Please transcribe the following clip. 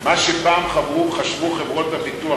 מה שפעם חשבו חברות הביטוח,